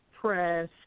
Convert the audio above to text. press